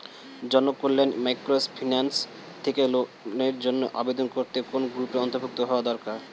Janakalyan microfinance থেকে লোনের জন্য আবেদন করতে কোন গ্রুপের অন্তর্ভুক্ত হওয়া দরকার?